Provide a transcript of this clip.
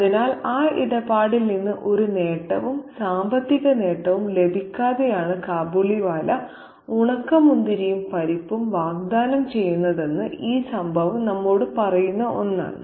അതിനാൽ ആ ഇടപാടിൽ നിന്ന് ഒരു നേട്ടവും സാമ്പത്തിക നേട്ടവും ലഭിക്കാതെയാണ് കാബൂളിവാല ഉണക്കമുന്തിരിയും പരിപ്പും വാഗ്ദാനം ചെയ്യുന്നതെന്ന് ഈ സംഭവം നമ്മോട് പറയുന്ന ഒന്നാണ്